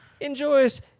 Enjoys